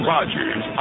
Rogers